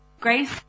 Grace